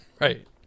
Right